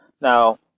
Now